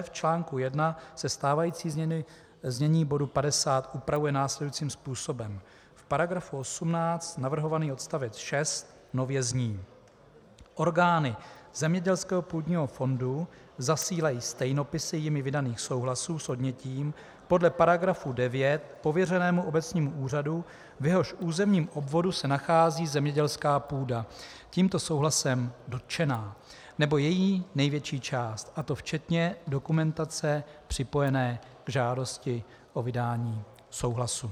V článku 1 se stávající znění bodu 50 upravuje následujícím způsobem: V § 18 navrhovaný odst. 6 nově zní: Orgány zemědělského půdního fondu zasílají stejnopisy jimi vydaných souhlasů s odnětím podle § 9 pověřenému obecnímu úřadu, v jehož územním obvodu se nachází zemědělská půda tímto souhlasem dotčená, nebo její největší část, a to včetně dokumentace připojené k žádosti o vydání souhlasu.